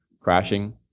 crashing